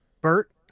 Bert